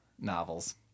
novels